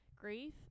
grief